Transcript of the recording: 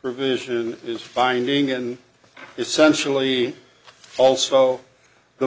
provision is finding and essentially also the